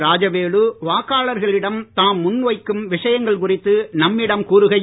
ராஜவேலு வாக்களர்களிடம் தாம் முன் வைக்கும் விசயங்கள் குறித்து நம்மிடம் கூறுகையில்